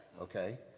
okay